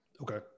okay